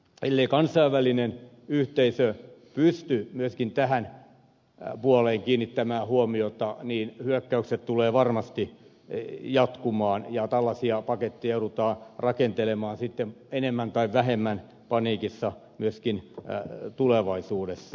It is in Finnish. ellei kansainvälinen yhteisö pysty myöskin tähän puoleen kiinnittämään huomiota niin hyökkäykset tulevat varmasti jatkumaan ja tällaisia paketteja joudutaan rakentelemaan sitten enemmän tai vähemmän paniikissa myöskin tulevaisuudessa